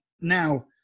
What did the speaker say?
now